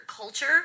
culture